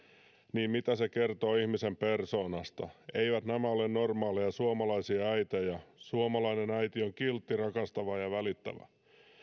niin mitä se kertoo ihmisen persoonasta eivät nämä ole normaaleja suomalaisia äitejä suomalainen äiti on kiltti rakastava ja välittävä